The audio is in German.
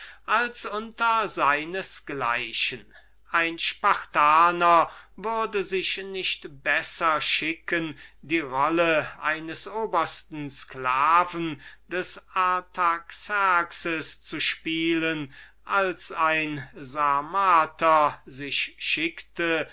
als unter seines gleichen ein spartaner würde sich nicht besser schicken die rolle eines obersten sklaven des artaxerxes zu spielen als ein sarmater sich schickte